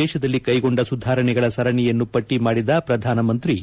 ದೇಶದಲ್ಲಿ ಕೈಗೊಂಡ ಸುಧಾರಣೆಗಳ ಸರಣಿಯನ್ನು ಪಟ್ನಿ ಮಾಡಿದ ಪ್ರಧಾನಮಂತ್ರಿ